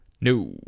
No